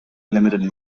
limited